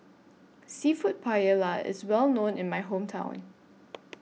Seafood Paella IS Well known in My Hometown